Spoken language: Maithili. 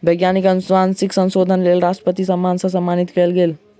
वैज्ञानिक अनुवांशिक संशोधनक लेल राष्ट्रपति सम्मान सॅ सम्मानित कयल गेल